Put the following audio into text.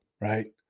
right